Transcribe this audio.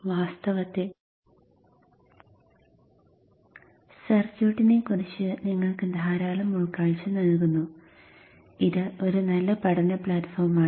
വാസ്തവത്തിൽ സർക്യൂട്ടിനെക്കുറിച്ച് നിങ്ങൾക്ക് ധാരാളം ഉൾക്കാഴ്ച നൽകുന്നു ഇത് ഒരു നല്ല പഠന പ്ലാറ്റ്ഫോമാണ്